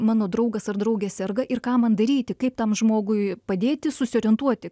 mano draugas ar draugė serga ir ką man daryti kaip tam žmogui padėti susiorientuoti